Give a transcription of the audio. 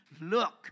look